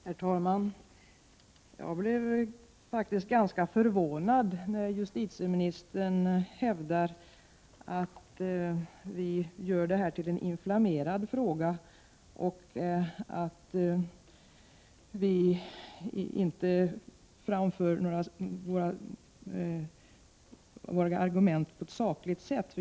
Herr talman! Jag blev faktiskt ganska förvånad när justitieministern hävdade att vi gör det här till en inflammerad fråga och att vi inte framför våra argument på ett sakligt sätt.